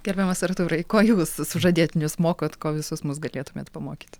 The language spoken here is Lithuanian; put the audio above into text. gerbiamas artūrai ko jūs sužadėtinius mokot ko visus mus galėtumėt pamokyt